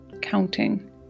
counting